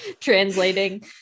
translating